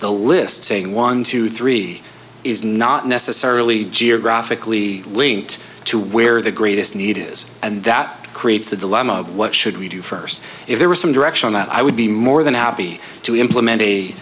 the list saying one two three is not necessarily geographically linked to where the greatest need is and that creates the dilemma of what should we do first if there was some direction that i would be more than happy to implement a